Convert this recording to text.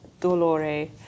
dolore